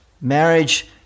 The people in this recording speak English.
Marriage